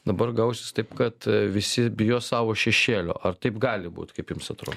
dabar gausis taip kad visi bijo savo šešėlio ar taip gali būt kaip jums atrodo